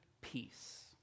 peace